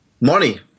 money